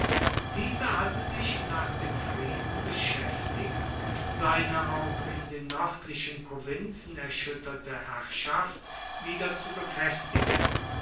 dieser hatte sich nach dem frieden beschäftigt seine auch in den nördlichen provinzen erschütterte herrschaft wieder zu befestigen